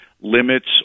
limits